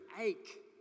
ache